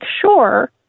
sure